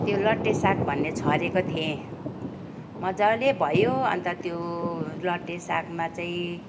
त्यो लट्टे साग भन्ने छरेको थिएँ मज्जाले भयो अन्त त्यो लट्टे सागमा चाहिँ